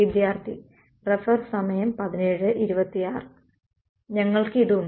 വിദ്യാർത്ഥി ഞങ്ങൾക്ക് ഇത് ഉണ്ട്